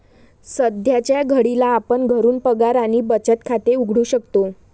सध्याच्या घडीला आपण घरून पगार आणि बचत खाते उघडू शकतो